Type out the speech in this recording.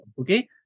okay